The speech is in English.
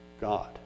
God